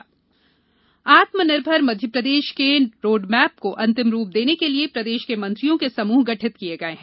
webinar आत्मनिर्भर मध्यप्रदेश के roadmap को अंतिम रूप देने के लिये प्रदेश के मंत्रियों के समूह गठित किये गये हैं